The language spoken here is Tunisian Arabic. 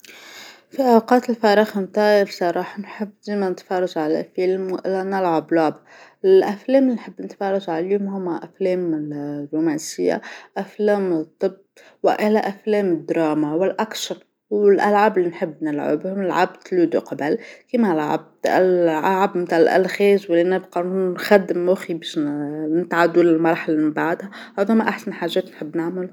في أوقات الفراغ بتاعى بصراحة نحب ديما نتفرج على فيلم ولا نلعب لعبة، الأفلام لي نحب نتفرج عليهم هوما أفلام الرومانسية أفلام الطب وآلا أفلام الدراما والأكشن، والألعاب اللي نحب نلعبها لعبت لودو قبل كيما لعبت اللعاب نتاع الألغاز ولينا نبقى نخدم مخي باش نتعادوا للمراحلة اللي بعدها هذا هوما أحسن حاجات نحب نعملهم.